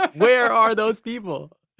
where are those people?